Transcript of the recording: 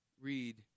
read